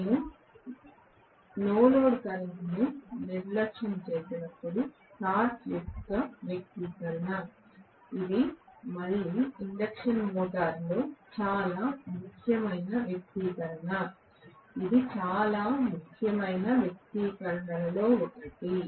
నేను no load కరెంట్ను నిర్లక్ష్యం చేసినప్పుడు టార్క్ యొక్క వ్యక్తీకరణ ఇది మళ్ళీ ఇండక్షన్ మోటారులో చాలా ముఖ్యమైన వ్యక్తీకరణ ఇది చాలా ముఖ్యమైన వ్యక్తీకరణలలో ఒకటి